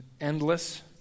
endless